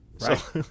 Right